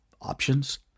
options